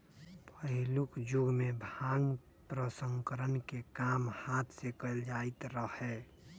पहिलुक जुगमें भांग प्रसंस्करण के काम हात से कएल जाइत रहै